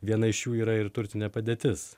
viena iš jų yra ir turtinė padėtis